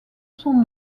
son